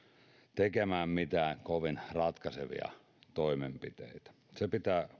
tekemään mitään kovin ratkaisevia toimenpiteitä korkeintaan se pitää